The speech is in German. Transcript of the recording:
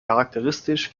charakteristisch